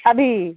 ابھی